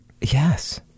yes